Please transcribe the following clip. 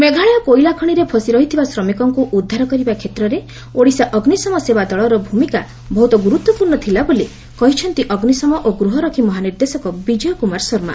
ମେଘାଳୟ କୋଇଲା ଖଶିରେ ଫସିରହିଥିବା ଶ୍ରମିକଙ୍କୁ ଉଦ୍ଧାର କରିବା କ୍ଷେତ୍ରରେ ଓଡ଼ିଶା ଅଗୁଁଶମ ସେବା ଦଳର ଭୂମିକା ବହୁତ ଗୁରୁତ୍ୱପୂର୍ଶ୍ଣ ଥିଲା ବୋଲି କହିଛନ୍ତି ଅଗ୍ନିଶମ ଓ ଗୃହରକ୍ଷୀ ମହାନିର୍ଦ୍ଦେଶକ ବିଜୟ କୁମାର ଶର୍ମା